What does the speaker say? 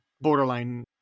borderline